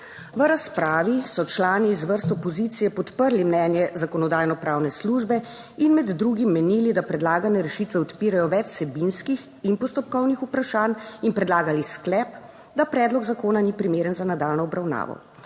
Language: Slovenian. V razpravi so člani iz vrst opozicije podprli mnenje Zakonodajno-pravne službe in med drugim menili, da predlagane rešitve odpirajo več vsebinskih in postopkovnih vprašanj in predlagali sklep, da predlog zakona ni primeren za nadaljnjo obravnavo.